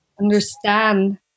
understand